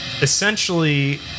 essentially